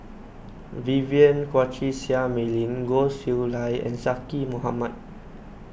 Vivien Quahe Seah Mei Lin Goh Chiew Lye and Zaqy Mohamad